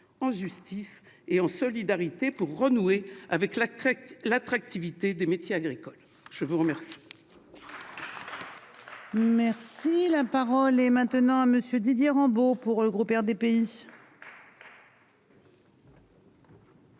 en justice et en solidarité pour renouer avec l'attractivité des métiers agricoles. La parole